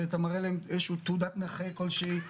ואתה מראה להם איזושהי תעודת נכה כלשהי,